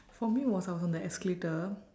for me was I was on the escalator